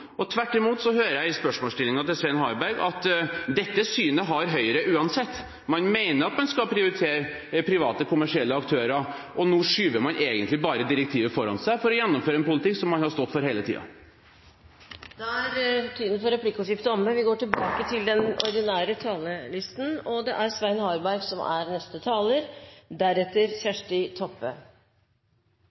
nå. Tvert imot hører jeg i spørsmålsstillingen til Svein Harberg at dette synet har Høyre uansett – man mener at man skal prioritere private kommersielle aktører. Nå skyver man egentlig bare direktivet foran seg for å gjennomføre en politikk som man har stått for hele tiden. Replikkordskiftet er omme. Det er for tiden stor oppmerksomhet omkring barnevernet og barnevernets tilbud rundt i kommunene. Det er